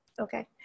Okay